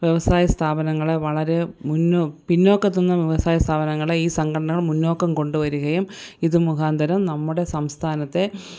വ്യവസായ സ്ഥാപനങ്ങള് വളരെ മൂന്നോ പിന്നോക്കത്തുനിന്നു വ്യവസായ സ്ഥാപനങ്ങള് ഈ സംഘടനകള് മുന്നോക്കം കൊണ്ടുവരുകയും ഇത് മുഖാന്തരം നമ്മുടെ സംസ്ഥാനത്തെ